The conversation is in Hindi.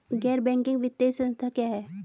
गैर बैंकिंग वित्तीय संस्था क्या है?